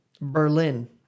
berlin